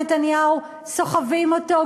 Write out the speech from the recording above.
סוחבים אותו,